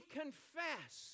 confess